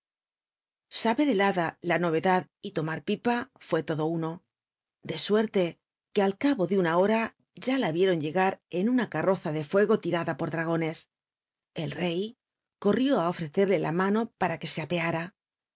hada la noycdad y tomar pipa rué lodo uno de suerte que al cabo de una hora ya la vieron llegar en una carroza de ruego lirada por dragones el rey corrió it ofrecerle la mano para que e apeara